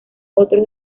otro